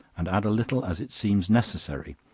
and add a little as it seems necessary,